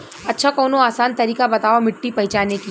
अच्छा कवनो आसान तरीका बतावा मिट्टी पहचाने की?